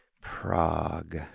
Prague